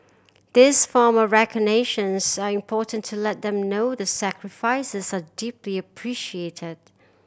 these form of recognitions are important to let them know their sacrifices are deeply appreciated